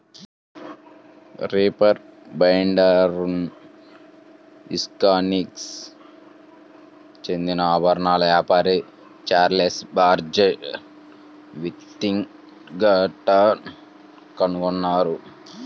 reaper బైండర్ను Wisconsin చెందిన ఆభరణాల వ్యాపారి చార్లెస్ బాక్స్టర్ విథింగ్టన్ కనుగొన్నారు